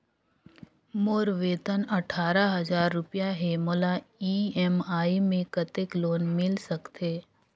मोर वेतन अट्ठारह हजार रुपिया हे मोला ई.एम.आई मे कतेक लोन मिल सकथे?